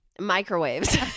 microwaves